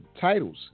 Titles